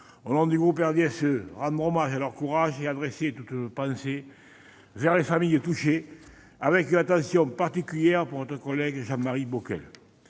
au nom du groupe du RDSE, rendre hommage à leur courage et adresser toutes nos pensées aux familles touchées, avec une attention particulière pour notre collègue Jean-Marie Bockel.